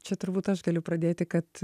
čia turbūt aš galiu pradėti kad